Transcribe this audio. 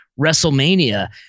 WrestleMania